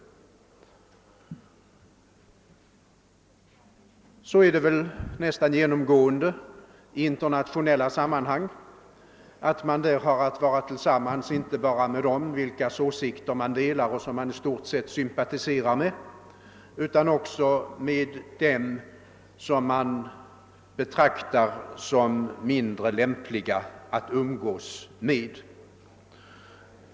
Det är väl genomgående på det sättet i internationella sammanhang att man där har att :vara tillsammans inte bara med dem vilkas åsikter man delar och i stort sett sympatiserar med utan också med dem man betraktar som mindre lämpliga att umgås med.